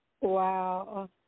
Wow